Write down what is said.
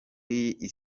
iri